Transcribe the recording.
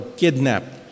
kidnapped